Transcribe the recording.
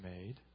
made